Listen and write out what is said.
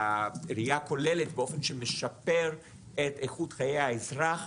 בראייה הכוללת באופן שמשפר את איכות חיי האזרח.